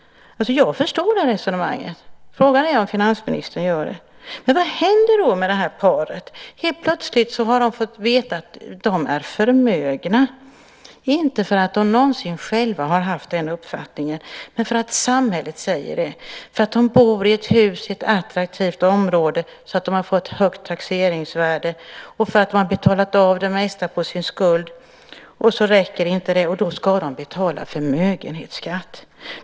Jag förstår det resonemanget. Frågan är om finansministern gör det. Men vad händer med de här människorna? Helt plötsligt har de fått veta att de är förmögna, inte för att de själva någonsin har haft den uppfattningen men för att samhället säger det. De bor i ett hus i ett attraktivt område som har fått ett högt taxeringsvärde. De har betalat av det mesta på sin skuld, och då ska de betala förmögenhetsskatt.